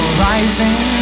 rising